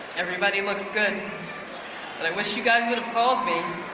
everybody looks good but i wish you guys would've called me.